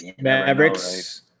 Mavericks